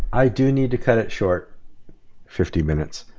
i do need to cut it short fifty minutes.